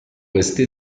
questa